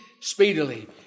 speedily